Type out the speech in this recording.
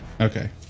okay